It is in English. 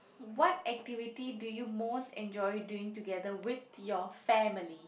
what activity do you most enjoy doing together with your family